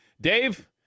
Dave